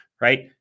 right